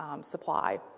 supply